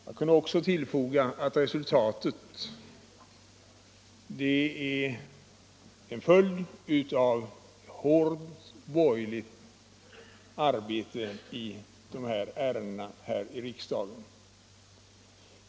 Jag kan även tillfoga att resultatet är en följd av hårt borgerligt arbete i dessa ärenden en följd av år här i riksdagen.